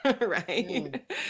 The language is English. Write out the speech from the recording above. Right